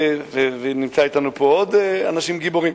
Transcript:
נמצאים אתנו פה עוד אנשים גיבורים.